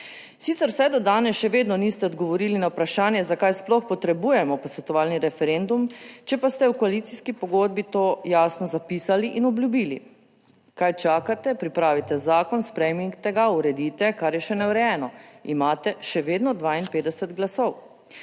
Sicer vse do danes še vedno niste odgovorili na vprašanje zakaj sploh potrebujemo posvetovalni referendum, če pa ste v koalicijski pogodbi to jasno zapisali in obljubili. Kaj čakate? Pripravite zakon, sprejmite ga, uredite, kar je še neurejeno, imate še vedno 52 glasov.